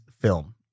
film